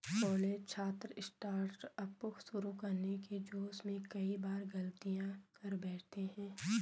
college छात्र startup शुरू करने के जोश में कई बार गलतियां कर बैठते हैं